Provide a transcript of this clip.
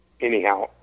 anyhow